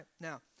Now